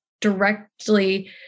directly